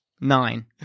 nine